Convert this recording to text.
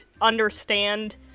understand